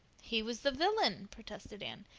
he was the villain, protested anne.